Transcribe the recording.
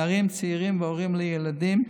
נערים צעירים והורים לילדים,